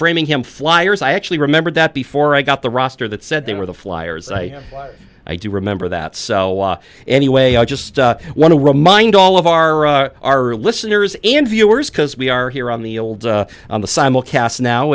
framingham flyers i actually remembered that before i got the roster that said they were the flyers i i do remember that so anyway i just want to remind all of our our listeners and viewers because we are here on the old on the